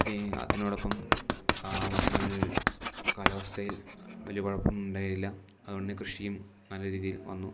അതിന് അതിനോടൊപ്പം ആ വർഷങ്ങളിൽ കാലാവസ്ഥയിൽ വലിയ കുഴപ്പമൊന്നുമുണ്ടായില്ല അതുകൊണ്ട് കൃഷിയും നല്ല രീതിയിൽ വന്നു